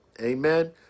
Amen